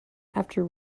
after